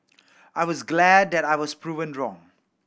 I was glad that I was proven wrong